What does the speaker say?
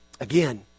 Again